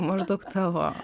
maždaug tavo